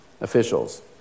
officials